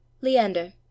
leander